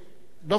דב חנין?